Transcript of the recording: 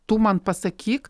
tu man pasakyk